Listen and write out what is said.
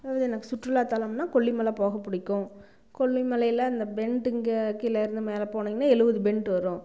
அதாவது எனக்கு சுற்றுலாத்தலம்ன்னால் கொல்லிமலை போக பிடிக்கும் கொல்லிமலையில் இந்த பெண்டுங்க கீழே இருந்து மேலே போனிங்கன்னால் எழுபது பெண்ட் வரும்